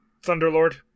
Thunderlord